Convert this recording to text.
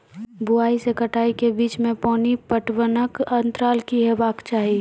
बुआई से कटाई के बीच मे पानि पटबनक अन्तराल की हेबाक चाही?